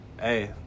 Hey